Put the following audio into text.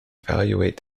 evaluate